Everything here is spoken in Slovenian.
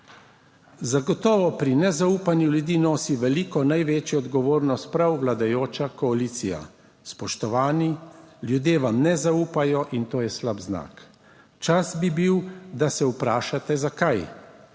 Zagotovo pri nezaupanju ljudi nosi veliko, največjo odgovornost prav vladajoča koalicija. Spoštovani, ljudje vam ne zaupajo in to je slab znak. Čas bi bil, da se vprašate zakaj